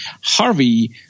Harvey